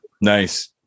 Nice